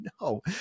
No